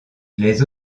les